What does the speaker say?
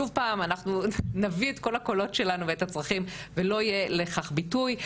שוב פעם אנחנו נביא את כל הקולות שלנו ואת הצרכים ולא יהיה לכך ביטוי,